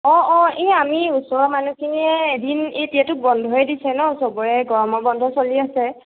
অ অ এই আমি ওচৰৰ মানুহখিনিয়ে এদিন এতিয়াতো বন্ধই দিছে ন' সবৰে গৰমৰ বন্ধ চলি আছে